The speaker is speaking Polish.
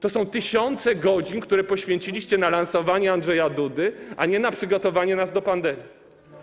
To są tysiące godzin, które poświęciliście na lansowanie Andrzeja Dudy, a nie na przygotowanie nas do pandemii.